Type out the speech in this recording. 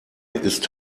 ist